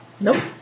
Nope